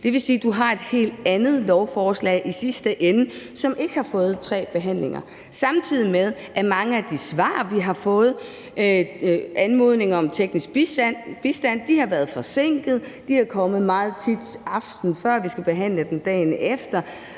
Det vil sige, du har et helt andet lovforslag i sidste ende, som ikke har fået tre behandlinger. Og det er samtidig med, at mange af de svar, vi har fået, anmodninger om teknisk bistand, har været forsinket, og de er meget tit kommet, aftenen før vi skal behandle dem. Så selve